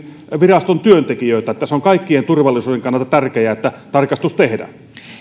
viraston työntekijöitä se on kaikkien turvallisuuden kannalta tärkeää että tarkastus